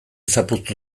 zapuztu